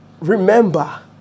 remember